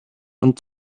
und